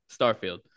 Starfield